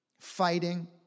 fighting